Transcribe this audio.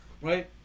right